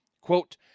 quote